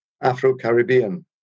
Afro-Caribbean